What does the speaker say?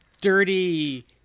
dirty